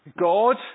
God